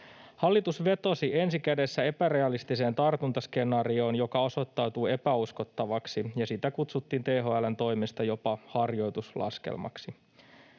Hallitus vetosi ensi kädessä epärealistiseen tartuntaskenaarioon, joka osoittautui epäuskottavaksi, ja sitä kutsuttiin THL:n toimesta jopa harjoituslaskelmaksi.